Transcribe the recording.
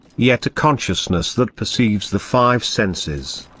yet a consciousness that perceives the five senses.